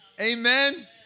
Amen